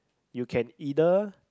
you can either